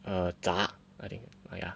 err 杂 I think err yeah